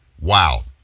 Wow